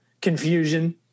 confusion